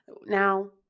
now